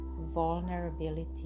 vulnerability